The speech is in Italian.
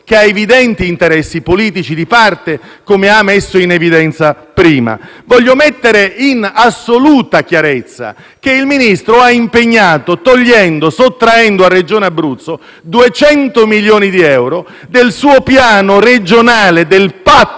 che ha evidenti interessi politici di parte, com'è emerso prima. Voglio dire con assoluta chiarezza che il Ministro ha impegnato, sottraendoli alla Regione Abruzzo, 200 milioni di euro del piano regionale, del patto